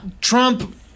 Trump